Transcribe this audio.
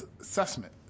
assessment